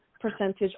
percentage